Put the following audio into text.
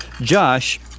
Josh